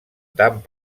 tant